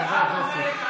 טוב, חבר הכנסת.